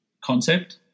concept